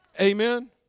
Amen